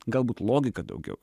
galbūt logika daugiau